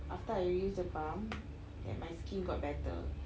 after I used the balm that my skin got better